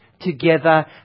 together